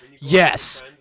yes